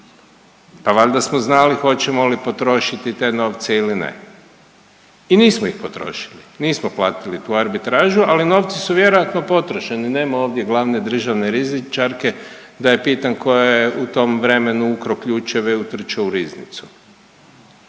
pa valjda smo znali hoćemo li potrošiti te novce ili ne. I nismo ih potrošili, nismo platili tu arbitražu, ali novci su vjerojatno potrošeni. Nema ovdje glavne državne rizničarke da je pitam ko je u tom vremenu ukro ključeve i utrčo u riznicu.